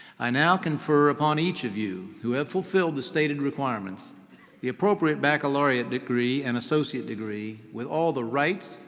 i now confer upon each of you who have fulfilled the stated requirements the appropriate baccalaureate degree and associate degree with all the rights.